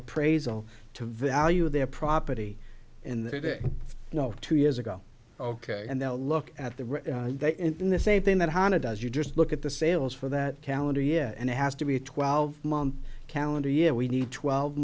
appraisal to value their property in their day you know two years ago ok and they'll look at their day in the same thing that honda does you just look at the sales for that calendar year and it has to be a twelve month calendar year we need twelve